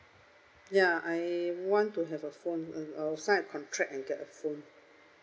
ya I want to have a phone and I will sign a contract and get a phone